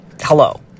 hello